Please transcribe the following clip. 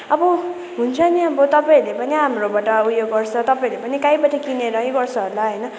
अब हुन्छ नि अब तपाईँहरूले पनि हाम्रोबाट उयो गर्छ तपाईँहरूले पनि काहीँबाट किनेरै गर्छ होला होइन